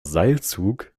seilzug